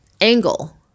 angle